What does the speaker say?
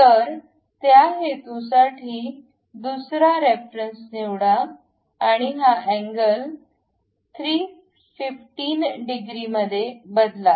तर त्या हेतूसाठी दुसरा रेफरन्स निवडा आणि हा अँगल 315 डिग्रीमध्ये बदला